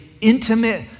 intimate